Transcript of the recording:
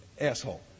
asshole